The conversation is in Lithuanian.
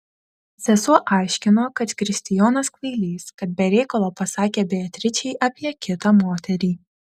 sesuo aiškino kad kristijonas kvailys kad be reikalo pasakė beatričei apie kitą moterį